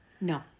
no